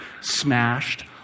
smashed